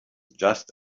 just